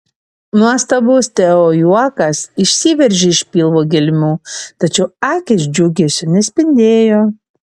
nuostabus teo juokas išsiveržė iš pilvo gelmių tačiau akys džiugesiu nespindėjo